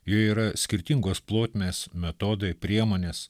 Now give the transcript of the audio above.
joje yra skirtingos plotmės metodai priemonės